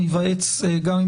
הבנתי.